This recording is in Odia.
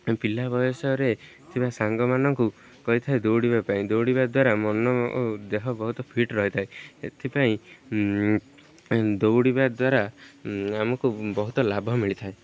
ପିଲା ବୟସରେ ଥିବା ସାଙ୍ଗମାନଙ୍କୁ କହିଥାଏ ଦୌଡ଼ିବା ପାଇଁ ଦୌଡ଼ିବା ଦ୍ୱାରା ମନ ଓ ଦେହ ବହୁତ ଫିଟ୍ ରହିଥାଏ ଏଥିପାଇଁ ଦୌଡ଼ିବା ଦ୍ୱାରା ଆମକୁ ବହୁତ ଲାଭ ମିଳିଥାଏ